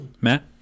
Matt